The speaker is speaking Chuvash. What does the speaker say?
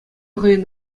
хӑйӗн